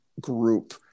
group